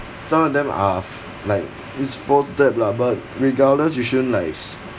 some of them are f~ like is forced debt lah but regardless you shouldn't like